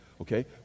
Okay